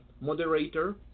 moderator